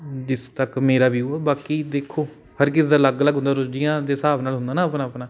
ਜਿਸ ਤੱਕ ਮੇਰਾ ਵਿਊ ਆ ਬਾਕੀ ਦੇਖੋ ਹਰ ਕਿਸੇ ਦਾ ਅਲੱਗ ਅਲੱਗ ਹੁੰਦਾ ਰੁਚੀਆਂ ਦੇ ਹਿਸਾਬ ਨਾਲ ਹੁੰਦਾ ਨਾ ਆਪਣਾ ਆਪਣਾ